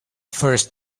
first